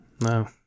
No